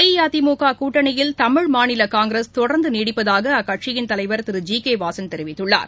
அஇஅதிமுக கூட்டணியில் தமிழ் மாநில காங்கிரஸ் தொடர்ந்து நீடிப்பதாக அக்கட்சியின் தலைவர் திரு ஜி கே வாசன் தெரிவித்துள்ளார்